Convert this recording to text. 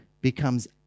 becomes